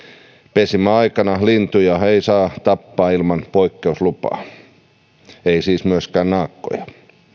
pesimäaikana lintuja ei saa tappaa ilman poikkeuslupaa ei siis myöskään naakkoja